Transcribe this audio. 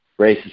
racist